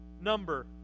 number